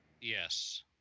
Yes